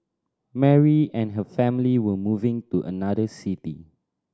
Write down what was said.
Mary and her family were moving to another city